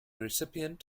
recipient